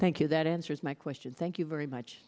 thank you that answers my question thank you very much